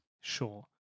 Sure